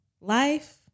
life